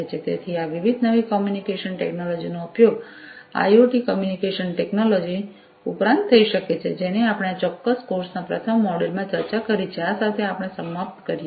તેથી આ વિવિધ નવી કોમ્યુનિકેશન ટેક્નોલોજી નો ઉપયોગ આઈઑટી કોમ્યુનિકેશન ટેક્નોલોજી ઉપરાંત થઈ શકે છે જેની આપણે આ ચોક્કસ કોર્સના પ્રથમ મોડ્યુલ માં ચર્ચા કરી છે આ સાથે આપણે સમાપ્ત કરીએ છીએ